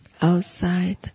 outside